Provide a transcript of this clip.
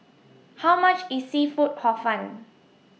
How much IS Seafood Hor Fun